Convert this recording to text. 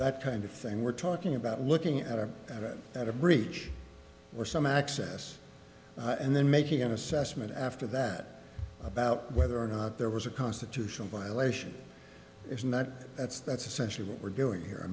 that kind of thing we're talking about looking at that and a breach or some access and then making an assessment after that about whether or not there was a constitutional violation isn't that that's that's essentially what we're doing here i